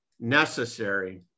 necessary